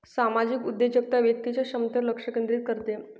सामाजिक उद्योजकता व्यक्तीच्या क्षमतेवर लक्ष केंद्रित करते